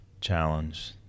challenge